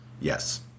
yes